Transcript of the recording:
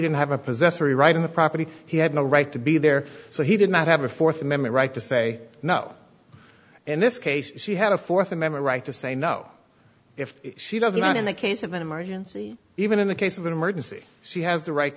didn't have a possessory right on the property he had no right to be there so he did not have a fourth amendment right to say no in this case she had a fourth amendment right to say no if she doesn't in the case of an emergency even in the case of an emergency she has the right